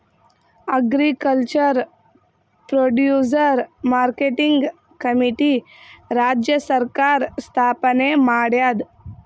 agriculture producer marketing committee ರಾಜ್ಯ ಸರ್ಕಾರ್ ಸ್ಥಾಪನೆ ಮಾಡ್ಯಾದ